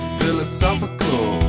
philosophical